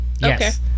Yes